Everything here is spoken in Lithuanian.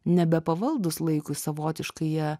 nebepavaldūs laikui savotiškai jie